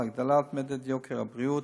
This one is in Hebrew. הגדלת מדד יוקר הבריאות,